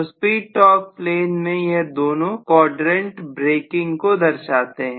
तो speed torque plane के यह दोनों क्वाड्रेंट ब्रेकिंग को दर्शाते हैं